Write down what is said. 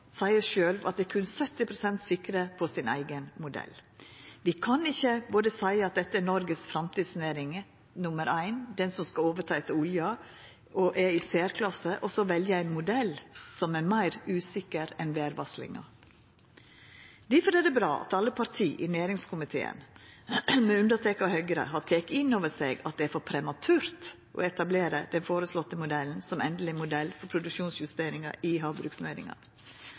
seier sjølve at dei berre er 70 pst. sikre på sin eigen modell. Vi kan ikkje både seia at dette er Noregs framtidsnæring nr. 1, ho som skal overta etter olja, og som er i ei særklasse, og så velja ein modell som er meir usikker enn vêrvarslinga. Difor er det bra at alle parti i næringskomiteen, med unnatak av Høgre, har teke inn over seg at det er for prematurt å etablera den føreslåtte modellen som endeleg modell for produksjonsjusteringa i havbruksnæringa.